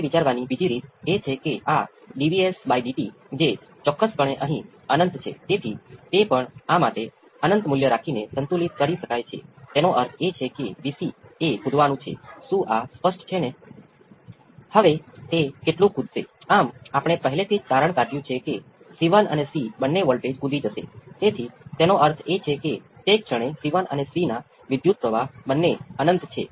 હવે ચાલો કહીએ કે આપણે આ બે સમીકરણો ઉમેરીએ છીએ અને કારણ કે વિકલન એક રેખીય ઓપરેટર છે આપણે આરગ્યુંમેંટ ઉમેરી શકીએ છીએ અને તેજ રીતે કરીશું